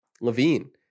Levine